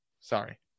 Sorry